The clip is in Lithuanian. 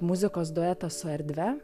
muzikos duetą su erdve